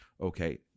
okay